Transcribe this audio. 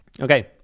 Okay